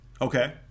Okay